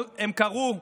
הם קרו בהונגריה,